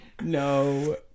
no